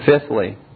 Fifthly